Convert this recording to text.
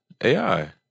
AI